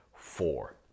four